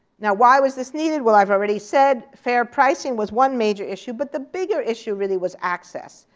now, why was this needed? well, i've already said fair pricing was one major issue. but the bigger issue really was access.